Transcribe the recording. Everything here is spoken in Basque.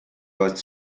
bat